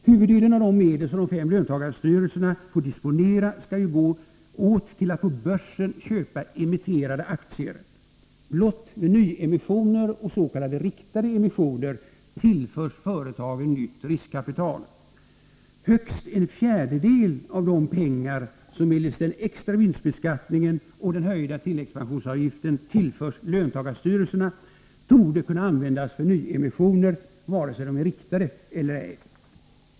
Huvuddelen av de medel som de fem löntagarstyrelserna får disponera skall ju gå åt till att på börsen köpa emitterade aktier. Blott vid nyemissioner och vid s.k. riktade emissioner tillförs företagen nytt riskkapital. Högst en fjärdedel av de pengar som medelst den extra vinstbeskattningen och den höjda tilläggspensionsavgiften tillförs löntagarstyrelserna torde kunna användas för nyemissioner, vare sig de är riktade eller ej.